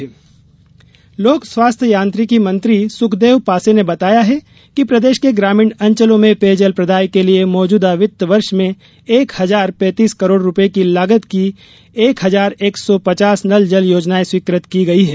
नल जल योजना लोक स्वास्थ्य यांत्रिकी मंत्री सुखदेव पांसे ने बताया है कि प्रदेश के ग्रामीण अंचलों में पेयजल प्रदाय के लिए मौजूदा वित्तवर्ष में एक हजार पैतीस करोड़ रुपये की लागत की एक हजार एक सौ पचास नल जल योजनायें स्वीकृत की गई हैं